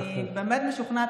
אני באמת משוכנעת,